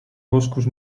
boscos